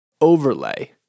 overlay